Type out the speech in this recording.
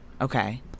Okay